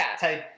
Type